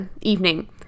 evening